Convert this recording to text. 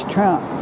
Trump